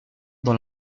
dans